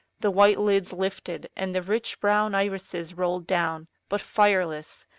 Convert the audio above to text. the white lids lifted, and the rich brown irises rolled down, but fireless,